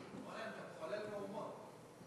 אורן, אתה מחולל מהומות.